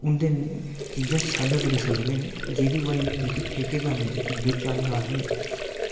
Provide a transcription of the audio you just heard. उंदे नै चीज़ां सांझा करी सकदे न जेह्दी बजह कन्नै जेह्के ठेकेदार न जेह्के बिच दे आदमी न